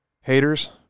Haters